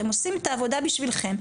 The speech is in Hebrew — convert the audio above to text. הם עושים את העבודה בשבילכם,